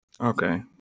okay